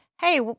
hey